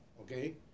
okay